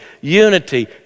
unity